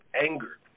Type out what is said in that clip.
anger